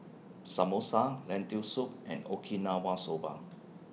Samosa Lentil Soup and Okinawa Soba